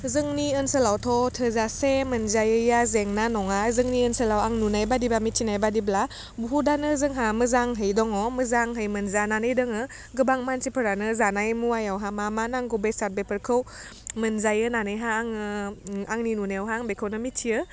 जोंनि ओनसोलावथ' थोजासे मोनजायैआ जेंना नङा जोंनि ओनसोलाव आं नुनाय बायदिबा मिथिनाय बायदिब्ला बुहुतआनो जोंहा मोजांहै दङ मोजांहै मोनजानानै दोङो गोबां मानसिफोरानो जानाय मुवायाव मा मा नांगौ बेसाद बेफोरखौ मोनजायो होननानैहा आङो ओम आंनि नुनायावहाय आं बेखौनो मिथियो